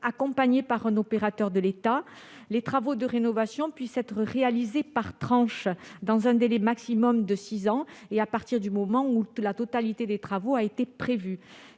accompagné par un opérateur de l'État, les travaux de rénovation puissent être réalisés par tranches, dans un délai maximum de six ans et à partir du moment où la totalité des travaux a été prévue.